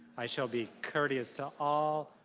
i shall be courteous to all,